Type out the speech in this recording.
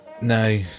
No